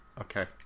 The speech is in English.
Okay